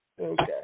Okay